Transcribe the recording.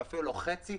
ואפילו לא חצי,